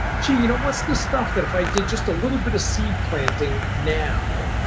gee, you know, what's the stuff that if i did just a little bit of seed planting now,